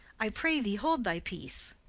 i pray thee hold thy peace.